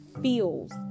feels